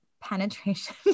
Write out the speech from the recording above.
penetration